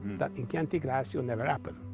that, in chianti classico never happen.